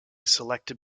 selected